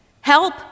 Help